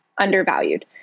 undervalued